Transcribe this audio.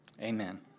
Amen